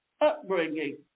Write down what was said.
Upbringing